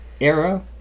Era